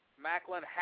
Macklin